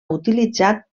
utilitzat